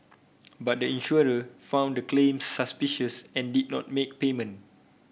but the insurer found the claims suspicious and did not make payment